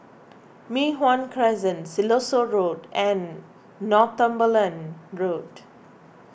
Mei Hwan Crescent Siloso Road and Northumberland Road